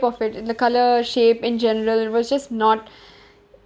of it the colour shape in generally was just not